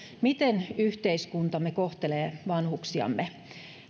miten yhteiskuntamme kohtelee vanhuksiamme